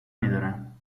میدارم